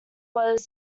were